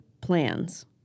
plans